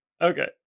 Okay